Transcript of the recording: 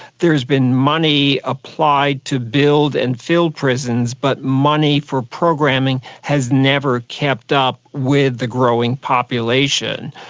there has been money applied to build and fill prisons, but money for programming has never kept up with the growing population.